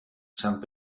sant